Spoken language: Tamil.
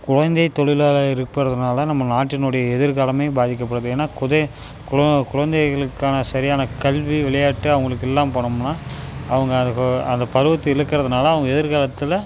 குழந்தை தொழிலாளர் இருப்பதுனால நம்ம நாட்டினுடைய எதிர்காலமே பாதிக்கப்படுது ஏன்னால் குதை குலோ குழந்தைகளுக்கான சரியான கல்வி விளையாட்டு அவர்களுக்கு இல்லாமல் போனோம்னால் அவங்க அதுக்கு அந்த பருவத்தை இழக்கிறதுனால அவங்க எதிர்காலத்தில்